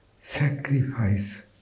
sacrifice